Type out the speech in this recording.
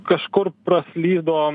kažkur praslydo